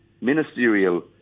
ministerial